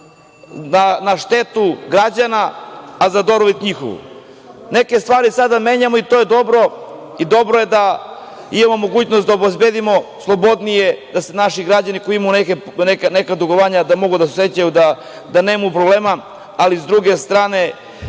na štetu građana, a za njihovu dobrobit. Neke stvari sada menjamo i to je dobro. Dobro je da imamo mogućnost da obezbedimo da se slobodnije naši građani koji imaju neka dugovanja, a da mogu da se osećaju da nemaju problema, ali sa druge strane,